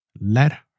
let